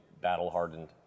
battle-hardened